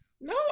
no